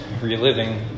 reliving